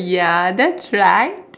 ya that's right